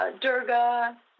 Durga